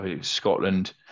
Scotland